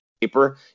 paper